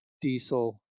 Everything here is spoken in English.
diesel